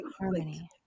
harmony